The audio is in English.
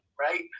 right